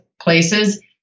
places